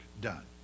done